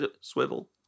swivel